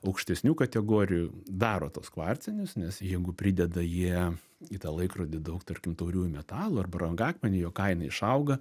aukštesnių kategorijų daro tuos kvarcinius nes jeigu prideda jie į tą laikrodį daug tarkim tauriųjų metalų ar brangakmenių jo kaina išauga